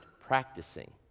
practicing